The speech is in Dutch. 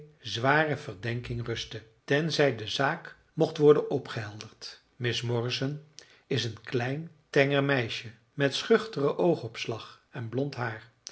zware verdenking rustte tenzij de zaak mocht worden opgehelderd miss morrison is een klein tenger meisje met schuchteren oogopslag en blond haar